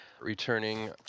Returning